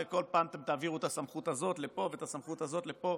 וכל פעם אתם תעבירו את הסמכות הזאת לפה ואת הסמכות הזאת לפה.